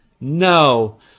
no